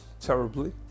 terribly